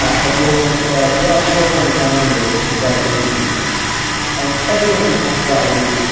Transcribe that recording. her boyfriend said well she wasn't gonna come anyways but she saw that there'd be free booze and everyone's response to that will be.